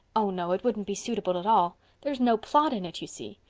oh, no, it wouldn't be suitable at all. there is no plot in it, you see.